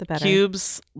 cubes